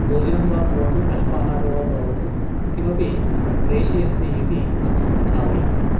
भोजनं वा भवतु अल्पाहारो भवतु किमपि प्रेषयन्ति इति अहं भावयामि